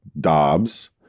Dobbs